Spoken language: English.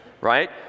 right